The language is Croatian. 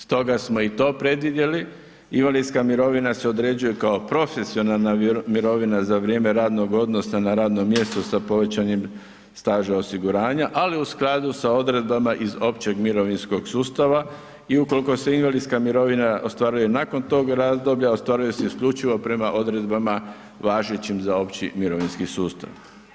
Stoga smo i to predvidjeli, invalidska mirovina se određuje kao profesionalna mirovina za vrijeme radnog odnosa na radnom mjestu sa povećanim staža osiguranja, ali u skladu s odredbama iz Općeg mirovinskog sustava i ukolko se invalidska mirovina ostvaruje nakon tog razdoblja, ostvaruje se isključivo prema odredbama važećim za opći mirovinski sustav.